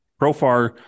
ProFAR